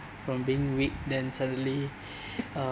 from being weak then suddenly uh